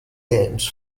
games